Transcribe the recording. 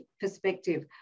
perspective